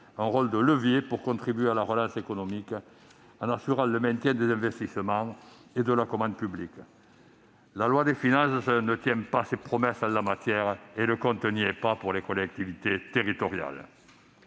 un rôle de levier, pour contribuer à la relance économique, en assurant le maintien des investissements et de la commande publique. La loi de finances ne tient pas ses promesses en la matière, et le compte n'y est pas pour les collectivités territoriales